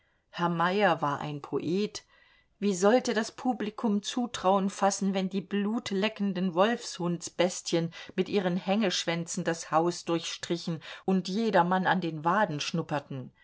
herr meyer war ein poet wie sollte das publikum zutrauen fassen wenn die blutleckenden wolfshundsbestien mit ihren hängeschwänzen das haus durchstrichen und jedermann an den waden schnupperten